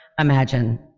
imagine